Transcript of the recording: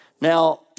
Now